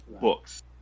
books